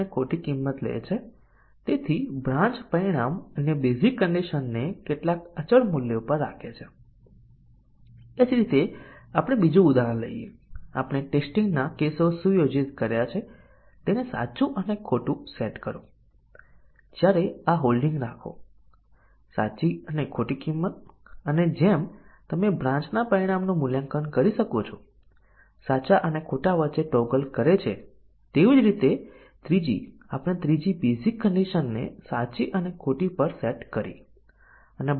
એ જ રીતે જો કન્ડિશન અભિવ્યક્તિ a 30 અથવા b 50 હોય તો અહીં પણ જ્યાં સુધી કોઈ અન્યનું મૂલ્યાંકન કરે ત્યાં સુધી તે ચકાસાયેલ નથી જ્યારે કેટલાક કમ્પાઇલર ડાબી બાજુથી મૂલ્યાંકન કરી શકે છે અને જો તેમને જોવા મળે છે કે પ્રથમ એક મૂલ્યાંકન સાચું કરે છે પ્રથમ એટોમિક કન્ડિશન સાચા મૂલ્યાંકન કરે છે